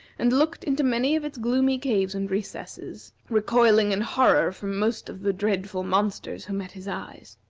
and looked into many of its gloomy caves and recesses, recoiling in horror from most of the dreadful monsters who met his eyes.